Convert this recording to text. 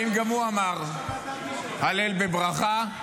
האם גם הוא אמר הלל וברכה?